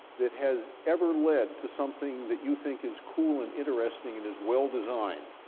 that has ever led to something that you think is cool and interesting and is well designed,